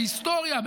בהיסטוריה,